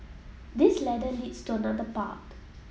this ladder leads to another path